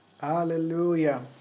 Hallelujah